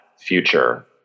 future